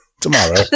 tomorrow